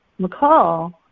McCall